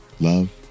love